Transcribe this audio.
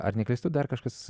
ar neklystu dar kažkas